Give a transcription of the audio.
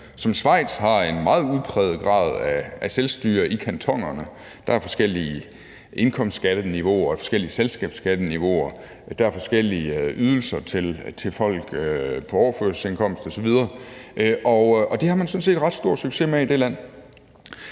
som Schweiz har en meget udpræget grad af selvstyre i kantonerne. Der er forskellige indkomstskatteniveauer og forskellige selskabsskatteniveauer, og der er forskellige ydelser til folk på overførselsindkomst osv. – og det har man sådan set ret stor succes med i det land.